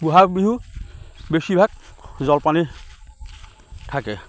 বহাগ বিহু বেছিভাগ জলপানেই থাকে